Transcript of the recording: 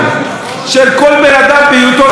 של כל בן אדם בהיותו בן אדם.